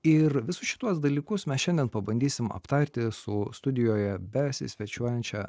ir visus šituos dalykus mes šiandien pabandysim aptarti su studijoje besisvečiuojančia